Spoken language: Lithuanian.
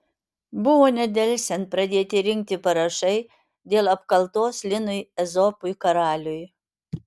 buvo nedelsiant pradėti rinkti parašai dėl apkaltos linui ezopui karaliui